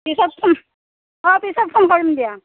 পিছত ফোন অঁ পিছত ফোন কৰিম দিয়া